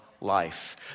life